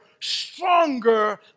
stronger